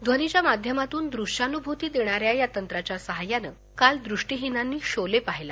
ध्वनीच्या माध्यमातून दृष्यानुभूती देणाऱ्या या तंत्राच्या सहाय्यानं काल दृष्टीहीनांनी शोले पाह्यला